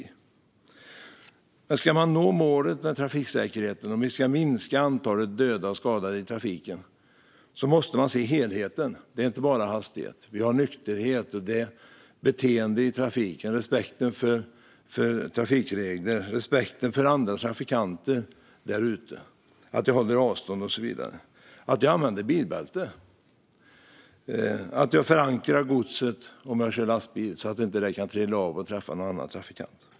Om man vill nå målet för trafiksäkerheten och minska antalet döda och skadade i trafiken måste man se helheten. Det är inte bara hastighet, utan det är nykterhet, beteende i trafiken, respekten för trafikregler, respekten för andra trafikanter där ute, att hålla avstånd och så vidare, att använda bilbälte och att förankra godset om man kör lastbil så att det inte kan trilla av och träffa andra trafikanter.